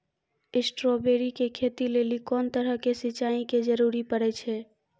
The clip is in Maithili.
स्ट्रॉबेरी के खेती लेली कोंन तरह के सिंचाई के जरूरी पड़े छै?